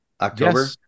October